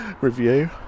review